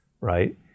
Right